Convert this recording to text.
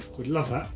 would love that,